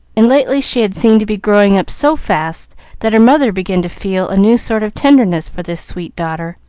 and lately she had seemed to be growing up so fast that her mother began to feel a new sort of tenderness for this sweet daughter,